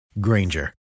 Granger